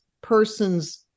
person's